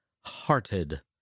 Hearted